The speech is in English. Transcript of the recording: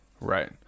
right